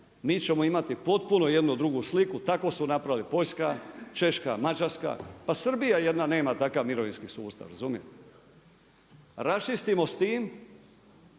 mi ćemo imati potpunu jednu drugu sliku. Tako su napravili Poljska, Češka, Mađarska, pa Srbija jedna nema takav mirovinski sustav. Razumijete? Raščistimo s tim